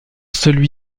celui